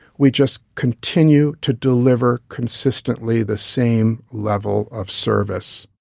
we just continue to deliver consistently the same level of service.